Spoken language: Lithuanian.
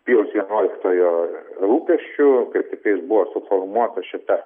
pijaus vienuoliktojo rūpesčiu kaip tiktais buvo suformuota šita